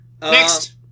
Next